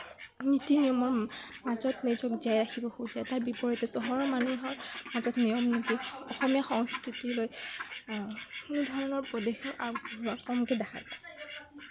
নীতি নিয়মৰ মাজত নিজক জীয়াই ৰাখিব খোজে তাৰ বিপৰীতে চহৰৰ মানুহৰ মাজত নিয়ম নীতি অসমীয়া সংস্কৃতি লৈ কোনো ধৰণৰ পদক্ষেপ আগবঢ়োৱা কমকে দেখা যায়